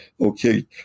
okay